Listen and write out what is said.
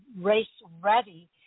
race-ready